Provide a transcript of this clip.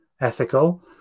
ethical